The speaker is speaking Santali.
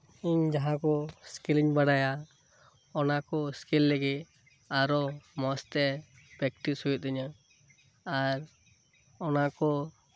ᱤᱧ ᱡᱟᱦᱟᱸ ᱠᱚ ᱥᱠᱤᱞᱤᱧ ᱵᱟᱲᱟᱭᱟ ᱚᱱᱟᱠᱚ ᱥᱠᱤᱞ ᱞᱟᱹᱜᱤᱫ ᱟᱨᱚ ᱢᱚᱸᱡᱛᱮ ᱯᱨᱮᱠᱴᱤᱥ ᱦᱩᱭᱩᱜ ᱛᱤᱧᱟᱹ ᱟᱨ ᱚᱱᱟᱠᱚ